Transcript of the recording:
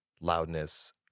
loudness